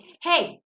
hey